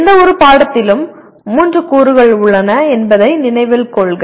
எந்தவொரு பாடத்திலும் மூன்று கூறுகள் உள்ளன என்பதை நினைவில் கொள்க